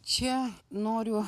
čia noriu